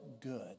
good